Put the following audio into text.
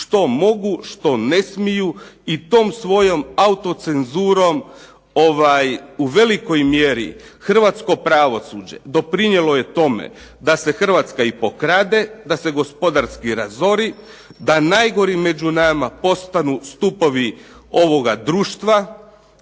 što mogu, što ne smiju i tom svojom autocenzurom u velikoj mjeri hrvatsko pravosuđe doprinijelo je tome da se Hrvatska i pokrade, da se gospodarski razori, da najgori među nama postanu stupovi ovoga društva,